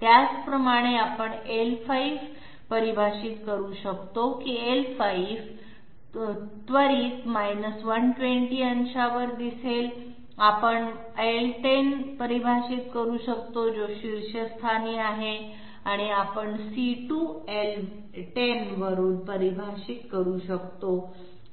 त्याचप्रमाणे आपण l5 परिभाषित करू शकतो की l5 त्वरीत 120 अंशांवर दिसेल आपण l10 परिभाषित करू शकतो जो शीर्षस्थानी आहे आपण c2 l10 वरून परिभाषित करू शकतो